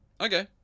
Okay